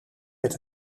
met